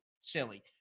silly